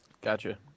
Gotcha